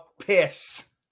piss